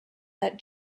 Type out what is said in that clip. that